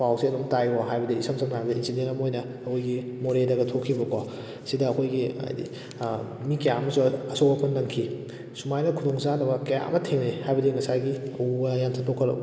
ꯄꯥꯎꯁꯦ ꯑꯗꯨꯝ ꯇꯥꯏꯀꯣ ꯍꯥꯏꯕꯗꯤ ꯏꯁꯝ ꯁꯝꯅ ꯍꯥꯏꯔꯕꯗ ꯏꯟꯁꯤꯗꯦꯟ ꯑꯃ ꯑꯣꯏꯅ ꯑꯩꯈꯣꯏꯒꯤ ꯃꯣꯔꯦꯗꯒ ꯊꯣꯛꯈꯤꯕꯀꯣ ꯁꯤꯗ ꯑꯩꯈꯣꯏꯒꯤ ꯍꯥꯏꯗꯤ ꯃꯤ ꯀꯌꯥ ꯑꯃꯁꯨ ꯑꯁꯣꯛ ꯑꯄꯟ ꯅꯪꯈꯤ ꯁꯨꯃꯥꯏꯅ ꯈꯨꯗꯣꯡ ꯆꯥꯗꯕ ꯀꯌꯥ ꯑꯃ ꯊꯦꯡꯅꯩ ꯍꯥꯏꯕꯗꯤ ꯉꯁꯥꯏꯒꯤ ꯎ ꯋꯥ ꯌꯥꯟꯊꯠꯄ ꯈꯣꯠꯂꯛ